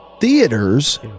theaters